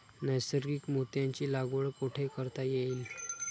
नैसर्गिक मोत्यांची लागवड कुठे करता येईल?